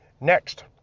Next